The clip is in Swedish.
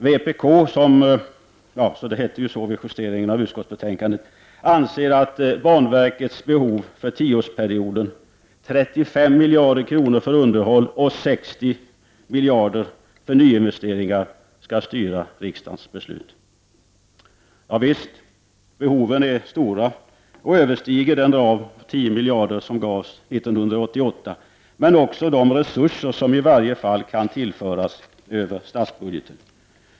Vpk, som partiet hette vid justeringen av utskottsbetänkandet, anser att banverkets behov för tioårsperioden, 35 miljarder kronor för underhåll och 60 miljarder för nyinvesteringar, skall styra riksdagens beslut. Ja visst, behoven är stora och överstiger den ram på 10 miljarder kronor som gavs 1988 men också de resurser som i varje fall kan tillföras över statsbudgeten.